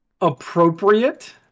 appropriate